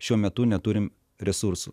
šiuo metu neturim resursų